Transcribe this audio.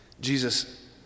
Jesus